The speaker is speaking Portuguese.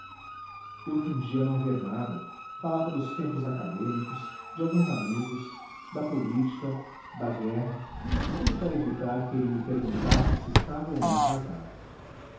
eu fingia não ver nada falava dos tempos acadêmicos de alguns amigos da política da guerra tudo para evitar que ele me perguntasse se estava ou não casado